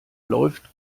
läuft